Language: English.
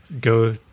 go